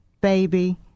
baby